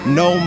no